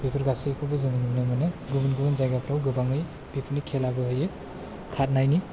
बेफोर गासैखौबो जों नुनो मोनो गुबुन गुबुन जायागाफोराव गोबाङै बेफोरनि खेलाबो होयो खारनायनि